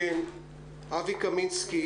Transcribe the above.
אבי קמינסקי,